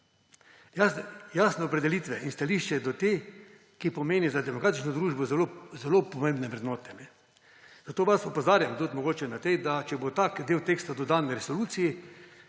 jasne opredelitve in stališče do te, ki pomeni za demokratično družbo zelo pomembne vrednote. Zato vas opozarjam tudi mogoče na to, da če bo tak del teksta dodan resoluciji,